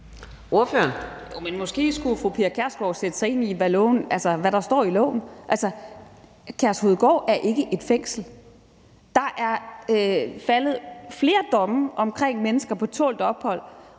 Måske skulle fru Pia Kjærsgaard sætte sig ind i, hvad der står i loven. Altså, Kærshovedgård er ikke et fængsel. Der er faldet flere domme omkring mennesker på tålt ophold,